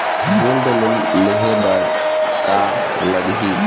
Gold loan लेहे बर का लगही?